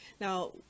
Now